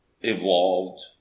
evolved